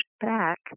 back